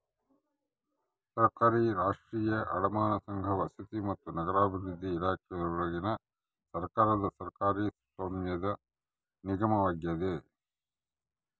ಸರ್ಕಾರಿ ರಾಷ್ಟ್ರೀಯ ಅಡಮಾನ ಸಂಘ ವಸತಿ ಮತ್ತು ನಗರಾಭಿವೃದ್ಧಿ ಇಲಾಖೆಯೊಳಗಿನ ಸರ್ಕಾರದ ಸರ್ಕಾರಿ ಸ್ವಾಮ್ಯದ ನಿಗಮವಾಗ್ಯದ